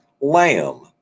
lamb